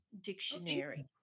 Dictionary